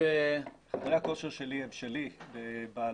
חדרי הכושר שלי הם שלי, בבעלותי.